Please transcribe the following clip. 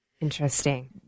interesting